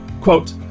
Quote